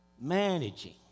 managing